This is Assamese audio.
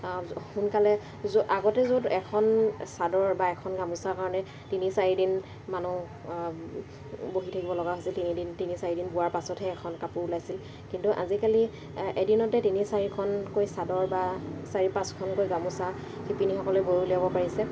সোনকালে য' আগতে য'ত এখন চাদৰ বা এখন গামোচাৰ কাৰণে তিনি চাৰিদিন মানুহ বহি থাকিব লগা হৈছিল তিনিদিন তিনি চাৰিদিন বোৱাৰ পাছতহে এখন কাপোৰ ওলাইছিল কিন্তু আজিকালি এদিনতে তিনি চাৰিখনকৈ চাদৰ বা চাৰি পাঁচখনকৈ গামোচা শিপিনীসকলে বৈ উলিয়াব পাৰিছে